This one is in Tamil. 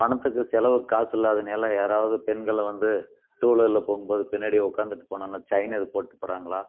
பணத்துக்கு செலவுக்கு காசு இல்லாதனால யாராவது பெண்களை வந்து டூவீலர்ல போகும்போது பின்னாடி உட்காந்துட்டு போனோம்னா செயின் எதுவும் போட்டுட்டு போகிறாங்களா